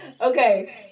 Okay